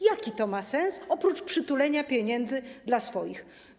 Jaki to ma sens, oprócz przytulenia pieniędzy dla swoich?